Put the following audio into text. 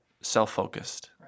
self-focused